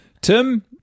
Tim